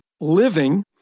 living